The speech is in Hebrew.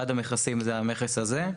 אחד המכסים הוא המכס הזה.